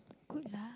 good lah